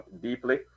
deeply